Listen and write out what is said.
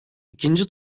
i̇kinci